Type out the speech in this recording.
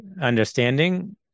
understanding